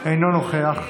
אינו נוכח.